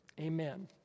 Amen